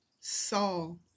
Saul